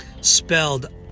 Spelled